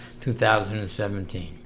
2017